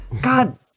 God